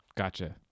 Gotcha